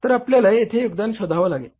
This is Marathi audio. तर आपल्याला येथे योगदान शोधावा लागेल